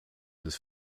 des